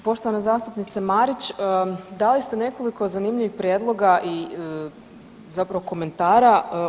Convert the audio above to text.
A poštovana zastupnice Marić, dali ste nekoliko zanimljivih prijedloga i zapravo komentara.